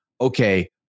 Okay